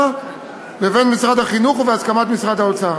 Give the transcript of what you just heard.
לבין משרד החינוך ובהסכמת משרד האוצר.